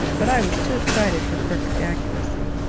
but i was too excited for perfect accuracy.